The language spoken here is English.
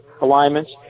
alignments